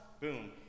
boom